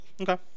Okay